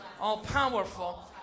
all-powerful